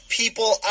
people